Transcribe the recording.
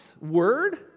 word